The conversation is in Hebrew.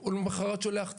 ולמחרת הוא שולח צוות.